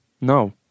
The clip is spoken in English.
No